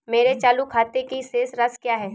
मेरे चालू खाते की शेष राशि क्या है?